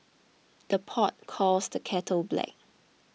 the pot calls the kettle black